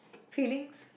feelings